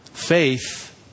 Faith